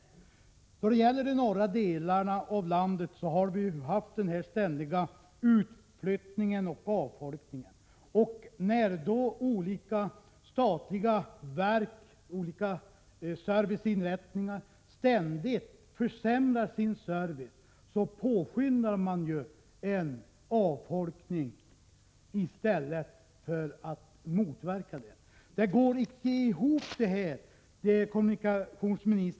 Då det gäller de norra delarna av landet har vi ju haft en ständig utflyttning och avfolkning. I och med att olika statliga verk, olika serviceinrättningar, ständigt försämrar servicen, påskyndar man ju en avfolkning i stället för att motverka en sådan. Vad kommunikationsministern säger går icke ihop.